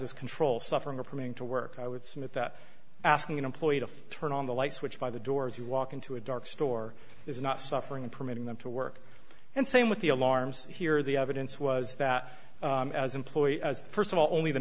as control suffering or permitting to work i would submit that asking an employee to turn on the light switch by the door as you walk into a dark store is not suffering and permitting them to work and same with the alarms here the evidence was that as employee as st of all only the